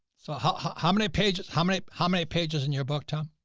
so, huh? how many pages? how many, how many pages in your book, tom?